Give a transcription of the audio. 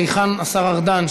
היכן השר ארדן,